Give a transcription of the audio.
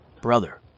brother